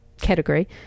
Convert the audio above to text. category